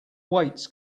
weights